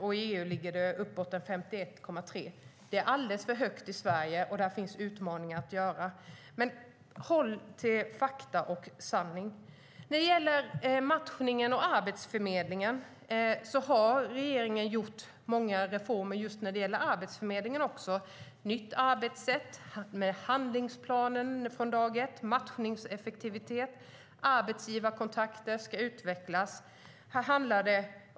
I EU ligger nivån på 51,3 procent. Nivån är alldeles för hög i Sverige, så där finns det utmaningar att ta itu med. Men håll er till fakta och sanningen! När det gäller matchningen och Arbetsförmedlingen har regeringen genomfört många reformer. Man har börjat med ett nytt arbetssätt på Arbetsförmedlingen med handlingsplaner från dag ett, matchningseffektivitet och utveckling av arbetsgivarkontakter.